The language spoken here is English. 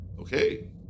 Okay